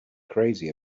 crazy